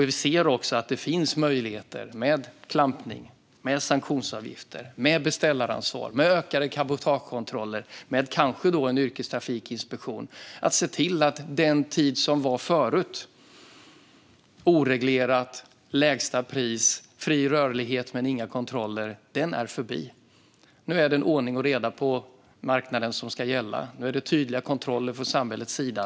Vi ser också att det med klampning, sanktionsavgifter, beställaransvar, ökade cabotagekontroller och kanske en yrkestrafikinspektion finns möjligheter att se till att den tid då verksamheten var oreglerad och lägsta pris och fri rörlighet utan kontroller rådde är förbi. Nu är det ordning och reda på marknaden som ska gälla, med tydliga kontroller från samhällets sida.